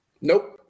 Nope